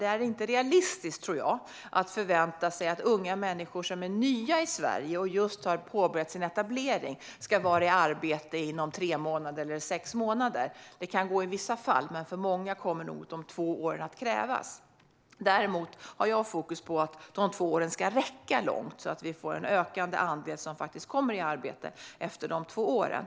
Det är inte realistiskt, tror jag, att förvänta sig att unga människor som är nya i Sverige och just har påbörjat sin etablering ska vara i arbete inom tre eller sex månader. Det kan gå i vissa fall, men för många kommer nog de två åren att krävas. Däremot har jag fokus på att de två åren ska räcka långt, så att vi får en ökande andel som faktiskt kommer i arbete efter de två åren.